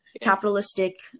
capitalistic